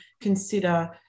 consider